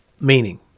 meaning